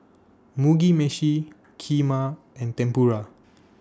Mugi Meshi Kheema and Tempura